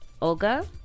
Olga